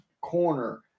corner